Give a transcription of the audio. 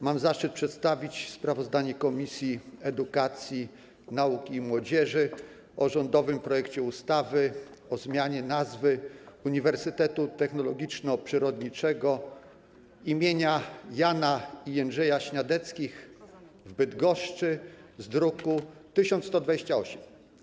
Mam zaszczyt przedstawić sprawozdanie Komisji Edukacji, Nauki i Młodzieży o rządowym projekcie ustawy o zmianie nazwy Uniwersytetu Technologiczno-Przyrodniczego im. Jana i Jędrzeja Śniadeckich w Bydgoszczy, druk nr 1128.